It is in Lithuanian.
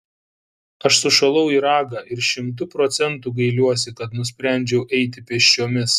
aš sušalau į ragą ir šimtu procentų gailiuosi kad nusprendžiau eiti pėsčiomis